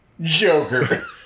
Joker